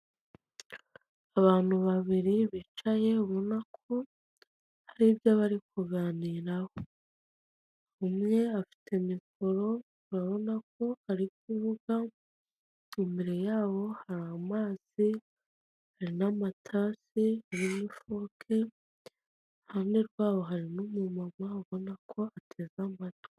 Abantu babiri bicaye ubona ko hari ibyo bari kuganira umwe afite mikoro ubona ko ari kuvuga imbere yabo, hari amazi hari n'amatase hari n'ifoke iruhande rwaho hari umumama ubona ko ateze amatwi.